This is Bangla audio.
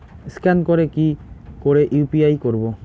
স্ক্যান করে কি করে ইউ.পি.আই করবো?